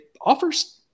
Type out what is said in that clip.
offers